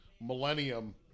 Millennium